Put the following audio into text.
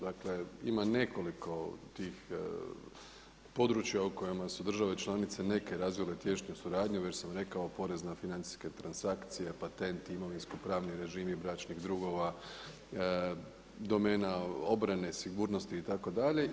Dakle, ima nekoliko tih područja u kojima su države članice neke razvile tijesnu suradnju, već sam rekao porezne, financijske transakcije, patentni, imovinsko-pravni režimi bračnih drugova, domena obrane, sigurnosti itd.